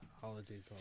Holidays